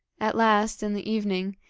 at last, in the evening,